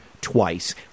twice